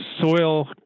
soil